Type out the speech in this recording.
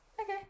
okay